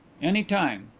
any time.